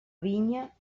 vinya